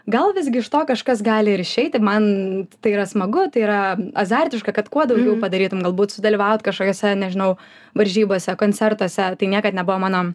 gal visgi iš to kažkas gali ir išeiti man tai yra smagu tai yra azartiška kad kuo daugiau padarytum galbūt sudalyvaut kažkokiose nežinau varžybose koncertuose tai niekad nebuvo mano